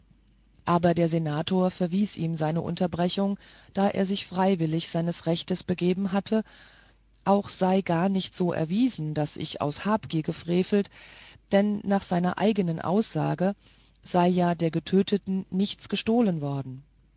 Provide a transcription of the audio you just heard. aufbürden der senator verwies ihm seine unterbrechung da er sich freiwillig seines rechtes begeben habe auch sei es gar nicht so erwiesen daß ich aus habgier gefrevelt denn nach seiner eigenen aussage sei ja der getöteten nichts gestohlen worden